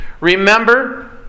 Remember